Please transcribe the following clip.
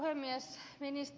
herra puhemies